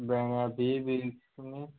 भेणें बी